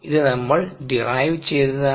ഇത് നമ്മൾ ഡിറൈവ് ചെയ്തതാണ്